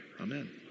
Amen